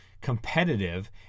competitive